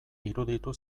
iruditu